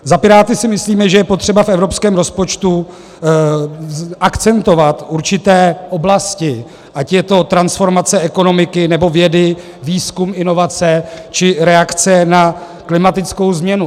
Za Piráty si myslíme, že je potřeba v evropském rozpočtu akcentovat určité oblasti, ať je to transformace ekonomiky, nebo vědy, výzkum, inovace, či reakce na klimatickou změnu.